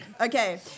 Okay